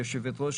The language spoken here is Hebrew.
יושבת ראש